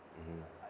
mmhmm